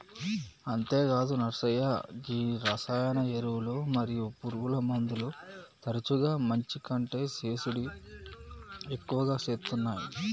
అంతేగాదు నర్సయ్య గీ రసాయన ఎరువులు మరియు పురుగుమందులు తరచుగా మంచి కంటే సేసుడి ఎక్కువ సేత్తునాయి